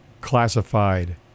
classified